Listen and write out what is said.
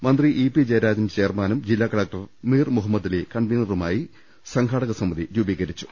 മന്ത്രി E P Jayarajan ചെയർമാനും ജില്ലാ കലക്ടർ മീർ മുഹമ്മദലി കൺവീനറുമായി സംഘാടക സമിതി രൂപീകരിച്ചു